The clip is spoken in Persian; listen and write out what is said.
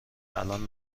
الان